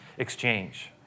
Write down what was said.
exchange